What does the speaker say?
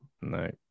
no